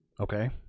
Okay